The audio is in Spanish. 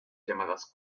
llamadas